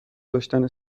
داشتن